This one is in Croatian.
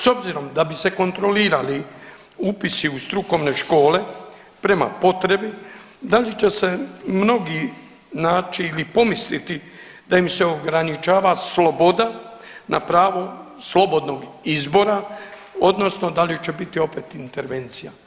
S obzirom da bi se kontrolirali upisi u strukovne škole prema potrebi da li će se mnogi naći ili pomisliti da im se ograničava sloboda na pravo slobodnog izbora odnosno da li će biti opet intervencija kao nekad?